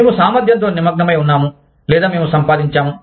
మేము సామర్థ్యంతో నిమగ్నమై ఉన్నాము లేదా మేము సంపాదించాము